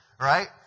Right